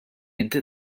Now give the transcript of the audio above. inti